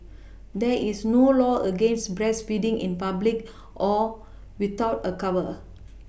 there is no law against breastfeeding in public or without a cover